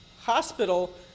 hospital